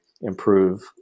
improve